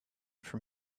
from